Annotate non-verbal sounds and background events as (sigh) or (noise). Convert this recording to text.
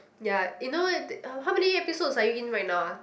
ya you know (noise) how many episodes are you in right now ah